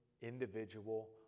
individual